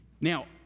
Now